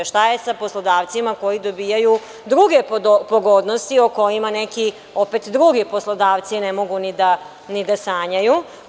Šta je sa poslodavcima koji dobijaju druge pogodnosti, o kojima neki opet drugi poslodavci ne mogu ni da sanjaju?